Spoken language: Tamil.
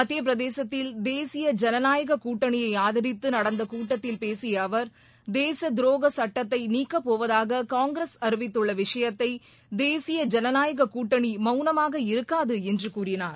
மத்தியபிரதேசத்தில் தேசிய ஜனநாயக கூட்டணியை ஆதரித்து நடந்த கூட்டத்தில் பேசிய அவர் தேசத் துரோக சுட்டத்தை நீக்கப்போவதாக காங்கிரஸ் அறிவித்துள்ள விஷயத்தை தேசிய ஜனநாயக கூட்டணி மௌனமாக இருக்காது என்று கூறினார்